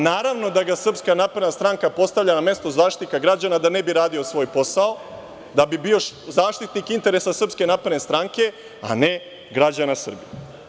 Naravno da ga Srpska napredna stranka postavlja na mesto Zaštitnika građana da ne bi radio svoj posao, da bi bio zaštitnik interesa Srpske napredne stranke, a ne građana Srbije.